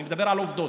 אני מדבר על עובדות.